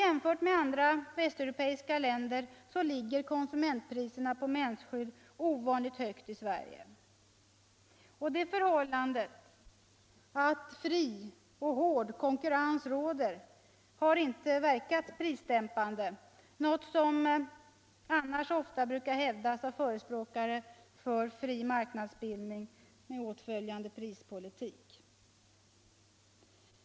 Jämförda med konsumentpriserna på mensskydd i andra västeuropeiska länder ligger priserna ovanligt högt i Sverige. Det förhållandet att fri och hård konkurrens råder har inte verkat prisdämpande, något som annars ofta brukar hävdas av förespråkare för fri marknadsbildning med åtföljande prispolitik.